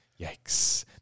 yikes